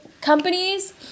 companies